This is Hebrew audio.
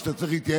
לתעלולים של מר